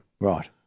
Right